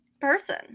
person